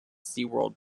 seaworld